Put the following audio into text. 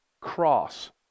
cross